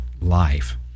life